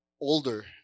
older